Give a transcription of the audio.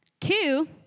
Two